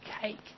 cake